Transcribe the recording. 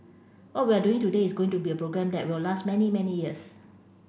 what we're doing today is going to be a program that will last many many years